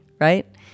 right